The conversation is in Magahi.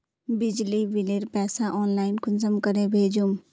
बिजली बिलेर पैसा ऑनलाइन कुंसम करे भेजुम?